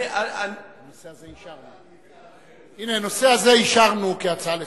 הנה, את הנושא הזה אישרנו כהצעה לסדר-יום.